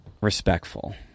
respectful